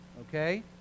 okay